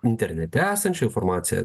internete esančią farmaciją